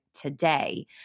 today